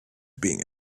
being